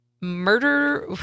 murder